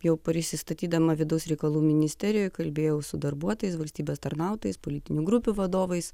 jau prisistatydama vidaus reikalų ministerijoj kalbėjau su darbuotojais valstybės tarnautojais politinių grupių vadovais